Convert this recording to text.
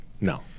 No